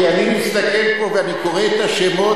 כי אני מסתכל פה ואני קורא את השמות,